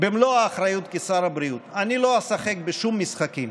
במלוא האחריות כשר הבריאות: אני לא אשחק בשום משחקים.